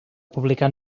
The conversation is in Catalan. publicar